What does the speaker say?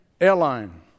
airline